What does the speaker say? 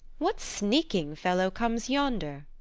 what sneaking fellow comes yonder?